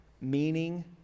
meaning